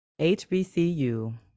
HBCU